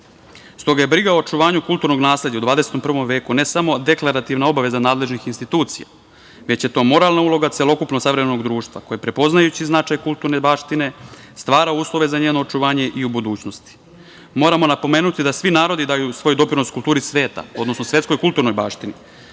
toga je briga o očuvanju kulturnog nasleđa u XXI veku, ne samo deklarativna obaveza nadležnih institucija, već je to moralna uloga celokupnog savremenog društva, koji prepoznajući značaj kulturne baštine stvara uslove za njeno očuvanje i u budućnosti. Moramo napomenuti da svi narodi daju svoj doprinos kulturi sveta, odnosno svetskoj kulturnoj baštini.